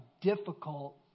difficult